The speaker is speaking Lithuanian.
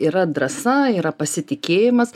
yra drąsa yra pasitikėjimas